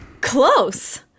Close